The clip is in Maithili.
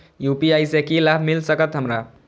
यू.पी.आई से की लाभ मिल सकत हमरा?